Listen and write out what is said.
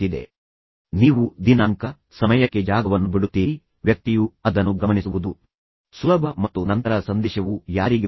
ಆದ್ದರಿಂದ ನೀವು ದಿನಾಂಕ ಸಮಯಕ್ಕೆ ಜಾಗವನ್ನು ಬಿಡುತ್ತೀರಿ ವ್ಯಕ್ತಿಯು ಅದನ್ನು ಗಮನಿಸುವುದು ಸುಲಭ ಮತ್ತು ನಂತರ ಸಂದೇಶವು ಯಾರಿಗೆ ಬಂದಿದೆ